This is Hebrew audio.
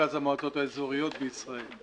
מרכז המועצות האזוריות בישראל.